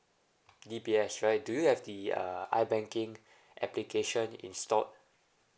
D_B_S right do you have the uh i banking application installed